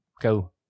go